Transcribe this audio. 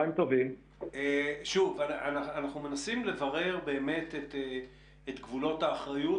אנחנו מנסים לברר את גבולות האחריות,